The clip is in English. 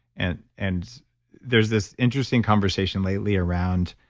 and and there's this interesting conversation lately around